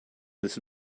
this